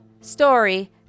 story